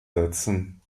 setzen